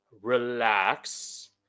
Relax